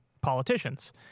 politicians